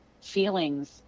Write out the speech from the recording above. feelings